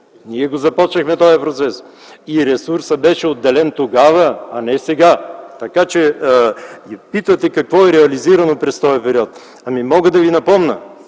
Ние започнахме този процес и ресурсът беше отделен тогава, а не сега. Питате какво е реализирано през този период? Мога да Ви напомня,